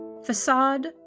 Facade